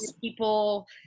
people